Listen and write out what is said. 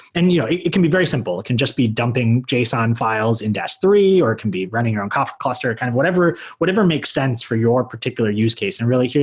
and you know it it can be very simple. it can just be dumping json files into s three or it can be running your own kafka cluster. kind of whatever whatever makes sense for your particular use case. and really, here,